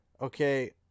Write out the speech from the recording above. okay